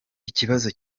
ikibazo